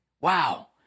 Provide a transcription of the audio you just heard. Wow